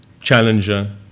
Challenger